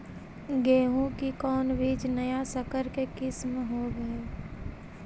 गेहू की कोन बीज नया सकर के किस्म होब हय?